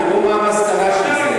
תראו מה המסקנה שלי,